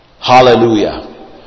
Hallelujah